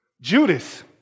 Judas